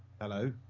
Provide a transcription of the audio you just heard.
Hello